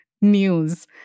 news